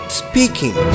speaking